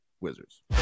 Wizards